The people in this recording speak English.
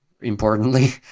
importantly